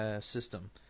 system